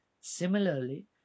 Similarly